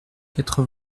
quatre